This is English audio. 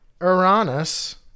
Uranus